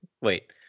Wait